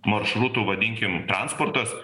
maršrutų vadinkim transportas